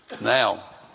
Now